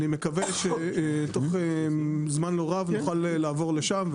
אני מקווה שתוך זמן לא רב נוכל לעבור לשם,